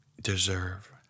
deserve